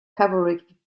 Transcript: cavalry